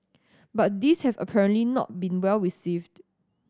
but these have apparently not been well received